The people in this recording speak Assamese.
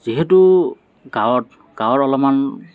যিহেতু গাঁৱত গাঁৱত অলপমান